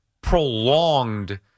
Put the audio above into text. prolonged